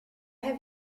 have